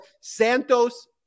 Santos